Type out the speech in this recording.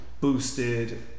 boosted